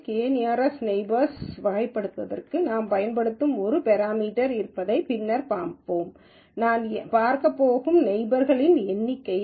K nearest neighbours வகைப்படுத்துவதற்கு நாம் பயன்படுத்தும் ஒரு பெராமீட்டர் இருப்பதை பின்னர் பார்ப்போம் இது நான் பார்க்கப் போகும் நெய்பர்ஸ்களின் எண்ணிக்கை